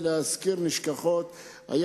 אני רוצה להזכיר פה נשכחות,